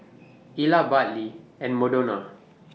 Ila Bartley and Madonna